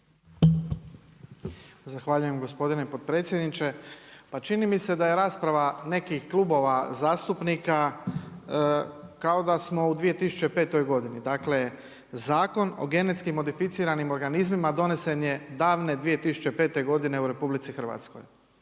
Zahvaljujem gospodine potpredsjedniče. Pa čini mi se da je rasprava nekih klubova zastupnika kao da smo u 2005. godini. Dakle, Zakon o genetski modificiranim organizmima donesen je davne 2005. godine u RH. Nakon